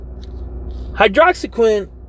Hydroxyquin